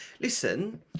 Listen